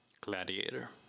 gladiator